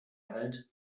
halt